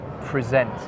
present